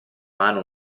mano